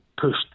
pushed